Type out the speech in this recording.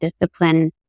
discipline